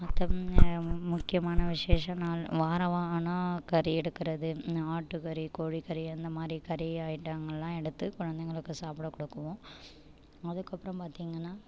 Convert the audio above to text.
மற்ற முக்கியமான விஷேச நாள் வாரம் ஆனால் கறி எடுக்குறது ஆட்டுக்கறி கோழிக்கறி அந்தமாதிரி கறி ஐட்டங்கல்லாம் எடுத்து குழந்தைங்களுக்கு சாப்பிட கொடுக்குவோம் அதுக்கப்பறம் பார்த்திங்கன்னா